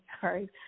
sorry